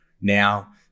now